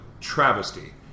travesty